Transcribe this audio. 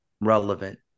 relevant